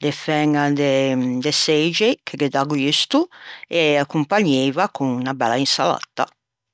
de fæña de çeixai che ghe dà gusto e accompagneiva con unna bella insalatta.